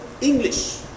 English